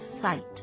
Sight